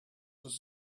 was